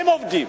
הם גם עובדים,